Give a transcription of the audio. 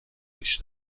گوش